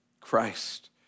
Christ